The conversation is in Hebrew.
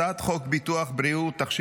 הצעת חוק ביטוח בריאות ממלכתי (תיקון,